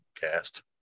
cast